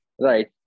Right